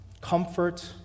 comfort